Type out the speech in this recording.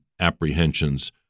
apprehensions